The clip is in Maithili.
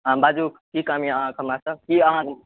हँ बाजू की काम यऽ अहाँकेॅं हमरासॅं की अहाँ